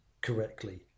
correctly